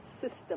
system